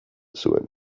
zuen